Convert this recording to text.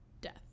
Death